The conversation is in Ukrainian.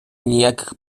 ніяких